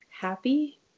happy